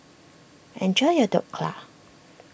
enjoy your Dhokla